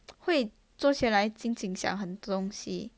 会坐下来静静想很多东西